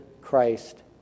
Christ